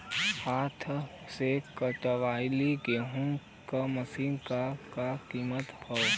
हाथ से कांटेवाली गेहूँ के मशीन क का कीमत होई?